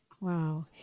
Wow